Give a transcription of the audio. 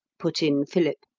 put in philip,